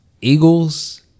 Eagles